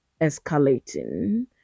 escalating